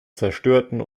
zerstörten